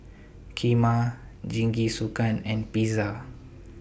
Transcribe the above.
Kheema Jingisukan and Pizza